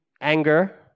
Anger